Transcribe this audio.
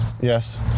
Yes